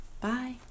bye